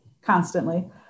constantly